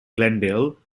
glendale